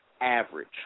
average